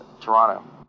Toronto